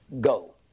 go